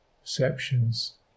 perceptions